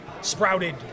sprouted